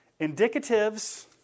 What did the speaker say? Indicatives